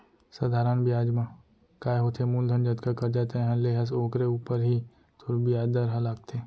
सधारन बियाज म काय होथे मूलधन जतका करजा तैंहर ले हस ओकरे ऊपर ही तोर बियाज दर ह लागथे